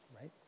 right